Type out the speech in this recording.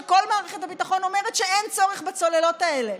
כשכל מערכת הביטחון אומרת שאין צורך בצוללות האלה,